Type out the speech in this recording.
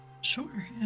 sure